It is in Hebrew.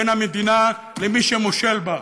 בין המדינה למי שמושל בה.